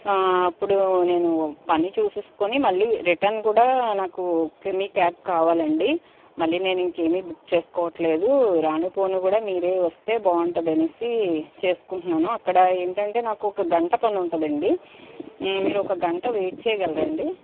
అప్పుడు నేను పని చూసేసుకొని మళ్ళీ రిటర్న్ కూడా నాకు కే మీ క్యాబ్ కావాలండి మళ్లీ నేను ఇంకేం బుక్ చేసుకోవట్లేదు రాను పోను కూడా మీరే వస్తే బాగుంటుంది అనేసి చేసుకుంటున్నాను అక్కడ ఏంటంటే నాకు ఒక గంట పని ఉంటుందండి మీరొక గంట వెయిట్ చేయగలరా అండి